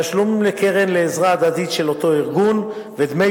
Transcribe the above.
תשלום לקרן לעזרה הדדית של אותו ארגון ודמי